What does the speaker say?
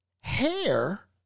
Hair